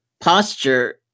posture